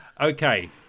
okay